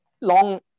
long